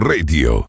Radio